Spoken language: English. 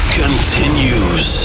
continues